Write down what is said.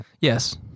Yes